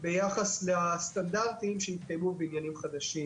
ביחס לסטנדרטים שהתקיימו בבניינים חדשים.